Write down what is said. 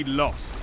lost